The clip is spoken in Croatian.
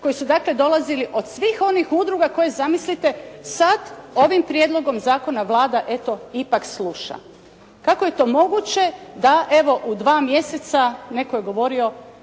koji su dakle, dolazili od svih onih udruga, koje zamislite sada ovim prijedlogom Zakona Vlada eto ipak sluša. Kako je to moguće da evo u dva mjeseca, netko je govorio,